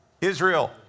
Israel